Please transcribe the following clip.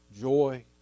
joy